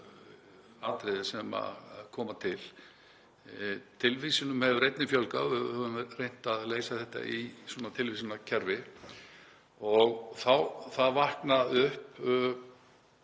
atriði sem koma til. Tilvísunum hefur einnig fjölgað og við höfum reynt að leysa þetta í svona tilvísunarkerfi. Það vaknar upp,